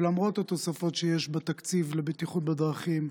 ולמרות התוספות שיש בתקציב לבטיחות בדרכים,